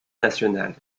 nationale